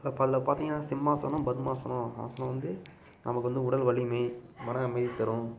இப்போ அதில் பார்த்திங்கனா சிம்மாசனம் பத்மாசனம் அப்புறம் வந்து நமக்கு வந்து உடல் வலிமை மன அமைதி தரும்